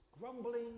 grumbling